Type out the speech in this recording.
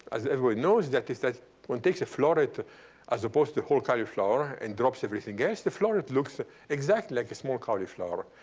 as everyone knows, is that one takes a floret as opposed to whole cauliflower and drops everything else, the floret looks exactly like a small cauliflower.